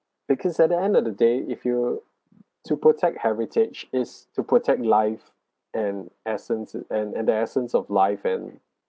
because at the end of the day if you to protect heritage is to protect life and essence s~ and and the essence of life and